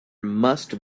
must